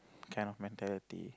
kind of mentality